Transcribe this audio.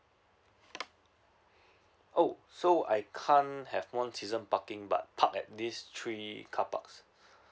oh so I can't have one season parking but park at these three carparks